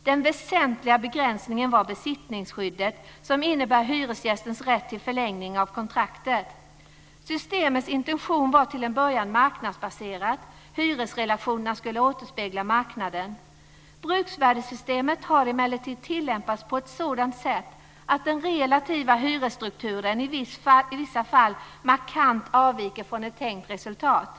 Den väsentliga begränsningen var besittningsskyddet, innebärande hyresgästens rätt till förlängning av kontraktet. Systemets intention var till en början marknadsbaserad. Hyresrelationerna skulle återspegla marknaden. Bruksvärdessystemet har emellertid tillämpats på ett sådant sätt att den relativa hyresstrukturen i vissa fall markant avviker från ett tänkt resultat.